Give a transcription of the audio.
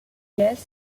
yes